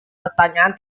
pertanyaan